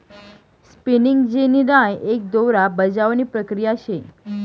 spinning jenny राय एक दोरा बजावणी प्रक्रिया शे